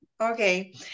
okay